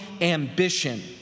ambition